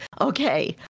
okay